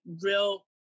real